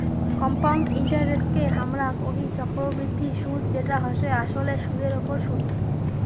compound ইন্টারেস্টকে হামরা কোহি চক্রবৃদ্ধি সুদ যেটা হসে আসলে সুদের ওপর সুদ